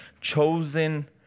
chosen